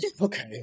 okay